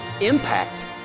impact